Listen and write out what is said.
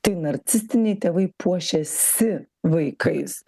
tai narcistiniai tėvai puošiasi vaikais